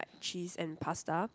cheese and pasta